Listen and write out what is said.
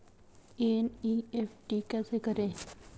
NEFT कैसे करें?